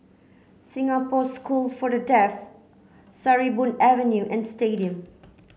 Singapore School for the Deaf Sarimbun Avenue and Stadium